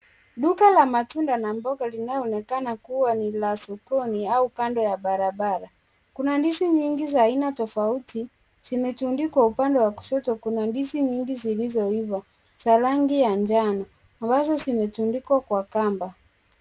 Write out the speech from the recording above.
Duka la matunda na mboga linaloonekana kuwa ni la sokoni au kando ya barabara, kuna ndizi nyingi za aina tofauti zimetundikwa upande wa kushoto na kuna ndizi nyingi zilizoiva za rangi ya njano ambazo zimetundikwa kwa kamba.